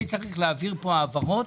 אני צריך להעביר כאן העברות